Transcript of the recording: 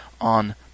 on